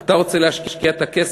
אתה רוצה להשקיע את הכסף?